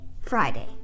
Friday